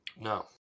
No